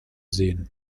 sehen